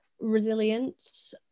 resilience